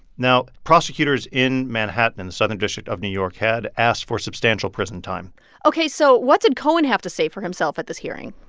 now, prosecutors in manhattan and the southern district of new york had asked for substantial prison time ok. so what did cohen have to say for himself at this hearing?